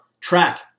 track